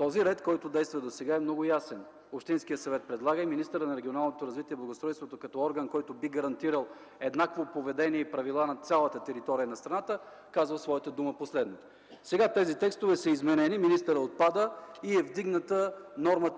Редът, който действа досега, е много ясен: общинският съвет предлага и министърът на регионалното развитие и благоустройството, като орган, който би гарантирал еднакво поведение и правила на цялата територия на страната, казва последната дума. Сега тези текстове са изменени. Министърът отпада. Нормата е вдигната